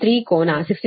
3 ಕೋನ 69